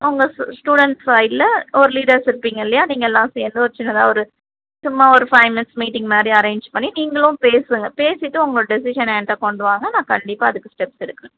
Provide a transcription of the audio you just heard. உங்கள் ஸ் ஸ்டூடண்ட்ஸ் சைட்டில் ஒரு லீடர்ஸ் இருப்பீங்க இல்லையா நீங்கள் எல்லாம் சேர்ந்து ஒரு சின்னதாக ஒரு சும்மா ஒரு ஃபைவ் மினிட்ஸ் மீட்டிங் மாதிரி அரேஞ்ச் பண்ணி நீங்களும் பேசுங்க பேசிவிட்டு உங்களோடய டெசிஷனை என்கிட்ட கொண்டு வாங்க நான் கண்டிப்பாக அதுக்கு ஸ்டெப்ஸ் எடுக்கிறேன்